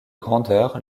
grandeur